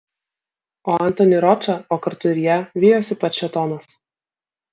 o antonį ročą o kartu ir ją vijosi pats šėtonas